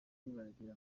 baragira